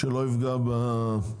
משרד האוצר,